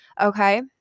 okay